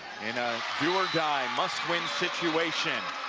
you know do or die must win situation,